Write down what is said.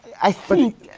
i think.